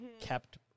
kept